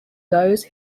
those